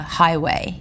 highway